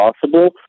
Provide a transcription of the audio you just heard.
possible